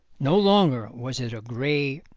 no longer was it a grey,